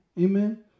amen